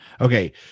Okay